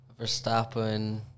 Verstappen